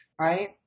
right